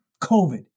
COVID